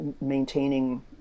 maintaining